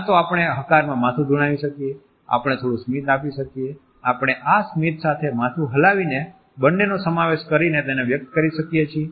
કાં તો આપણે હકારમાં માથું ધુણાવી શકીએ આપણે થોડું સ્મિત આપી શકીએ આપણે આ સ્મિત સાથે માથું હલાવી ને બંનેનો સમાવેશ કરીને તેને વ્યક્ત કરી શકીએ છીએ